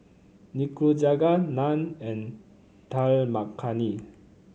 Nikujaga Naan and Dal Makhani